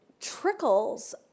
trickles